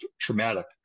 traumatic